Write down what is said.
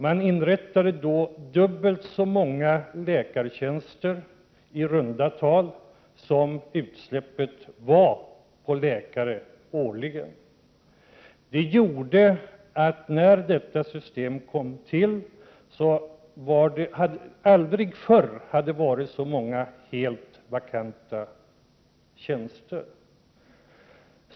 Man inrättade då i runda tal dubbelt så många läkartjänster som det årliga ”utsläppet” av läkare uppgick till. När detta system kom till var situationen därför den att det aldrig förr hade varit så många helt vakanta tjänster.